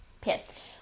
Pissed